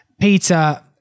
Peter